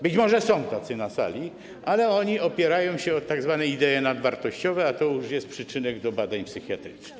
Być może są tacy na sali, ale oni opierają się o tzw. idee nadwartościowe, a to już jest przyczynek do badań psychiatrycznych.